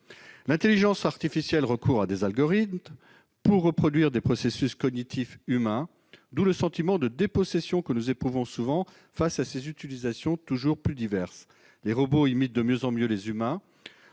L'intelligence artificielle recourt à des algorithmes pour reproduire des processus cognitifs humains. D'où le sentiment de dépossession que nous éprouvons souvent face à ses utilisations toujours plus diverses. Les robots imitent de mieux en mieux les humains,